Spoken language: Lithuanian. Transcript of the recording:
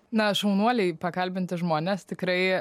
na šaunuoliai pakalbinti žmonės tikrai